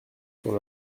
sur